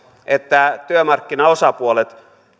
että työmarkkinaosapuolet